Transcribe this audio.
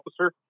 officer